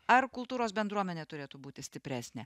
ar kultūros bendruomenė turėtų būti stipresnė